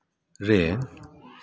ᱨᱮ